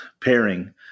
pairing –